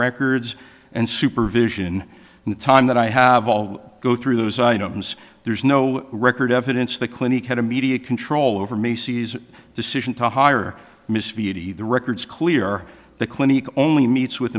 records and supervision in the time that i have all go through those items there's no record evidence the clinic had immediate control over me decision to hire mr v t the records clear the clinic only meets with